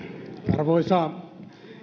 arvoisa